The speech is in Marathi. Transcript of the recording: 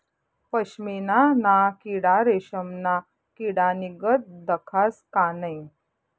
पशमीना ना किडा रेशमना किडानीगत दखास का नै